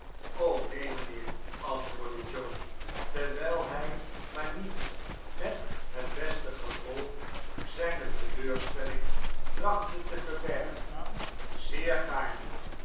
neen mijnheer antwoordde joe terwijl hij maar niet met het beste gevolg zijne teleurstelling trachtte te verbergen zeer gaarne